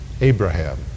Abraham